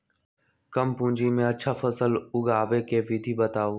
कम पूंजी में अच्छा फसल उगाबे के विधि बताउ?